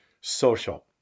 social